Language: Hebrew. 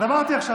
אז אמרתי עכשיו.